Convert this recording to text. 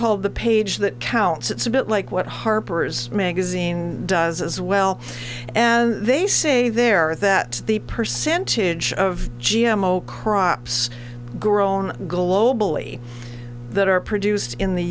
called the page that counts it's a bit like what harper's magazine does as well and they say there that the percentage of g m o crops grown globally that are produced in the